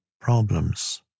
problems